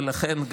ולכן,